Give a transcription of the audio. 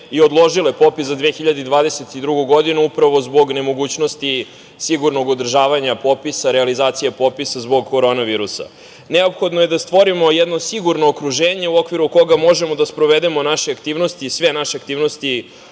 i odložile popis za 2022. godinu, upravo zbog nemogućnosti sigurnog održavanja popisa, realizacije popisa zbog korona virusa. Neophodno je da stvorimo jedno sigurno okruženje u okviru koga možemo da sprovedemo naše aktivnosti i sve naše aktivnosti